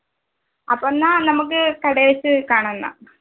അപ്പോൾ എന്നാൽ നമുക്ക് കടയിൽ വെച്ച് കാണാം എന്നാൽ